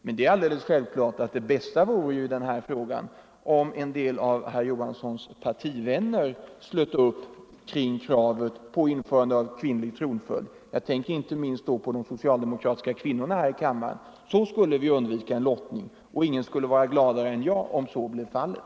Men det är självklart att det bästa i denna fråga vore om en del av herr Johanssons partivänner slöt upp kring kravet på införande av kvinnlig tronföljd. Jag tänker då inte minst på de socialdemokratiska kvinnorna här i kammaren. Då skulle vi undvika en lottning, och ingen skulle vara gladare än jag om så blev fallet.